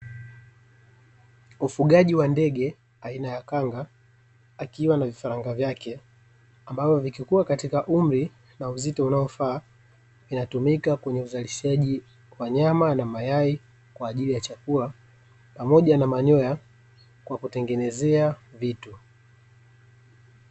Ufugaji wa ndege aina ya kanga akiwa na vifaranga vyake, ambao vikikua katika umri na uzito unaofaa, vinatumika kwenye uzalishaji wa nyama na mayai kwa ajili ya chakula, pamoja na manyoya kwa kutengenezea vitu.